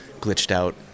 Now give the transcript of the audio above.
glitched-out